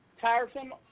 tiresome